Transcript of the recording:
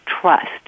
trust